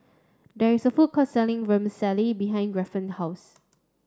there is a food court selling Vermicelli behind Grafton house